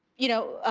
you know,